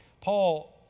Paul